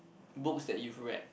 books that you've read